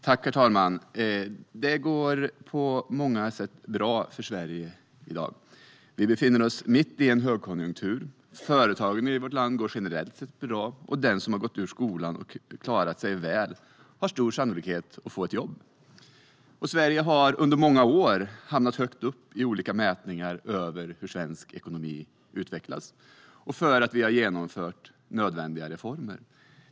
Herr talman! Det går på många sätt bra för Sverige i dag. Vi befinner oss mitt i en högkonjunktur, företagen i vårt land går generellt sett bra och den som har gått ut skolan och klarat sig väl har stor sannolikhet att få ett jobb. Sverige har under många år hamnat högt upp i olika mätningar eftersom vår ekonomi utvecklas och vi har genomfört nödvändiga reformer.